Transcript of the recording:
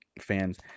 fans